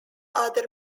other